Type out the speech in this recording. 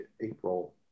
April